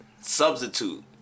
substitute